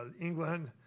England